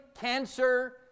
cancer